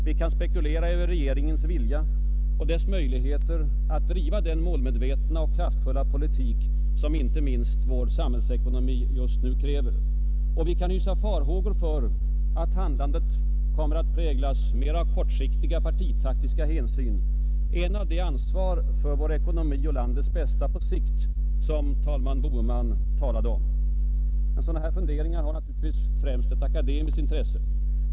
Vi kan spekulera över regeringens vilja och dess möjligheter att driva den målmedvetna och kraftfulla politik som inte minst vår samhällsekonomi just nu kräver. Vi kan hysa farhågor för att handlandet kommer att präglas mera av kortsiktiga, partitaktiska hänsyn än av det ansvar för vår ekonomi och landets bästa på sikt som talman Boheman talade om. Men sådana funderingar har naturligtvis främst akademiskt intresse.